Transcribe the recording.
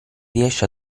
riesce